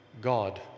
God